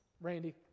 Randy